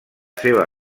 seva